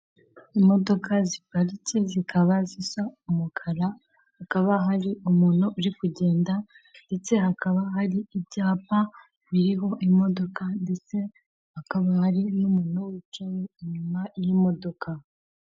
Imodoka ziparitse zikaba zisa umukara, hakaba hari umuntu uri kugenda ndetse hakaba hari b'ibyapa biriho imodoka, ndetse hakaba hari n'umuntu wicaye inyuma y'imodoka.